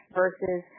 versus